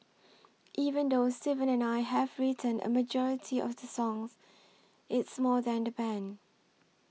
even though Steven and I have written a majority of the songs it's more than the band